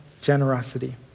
generosity